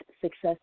success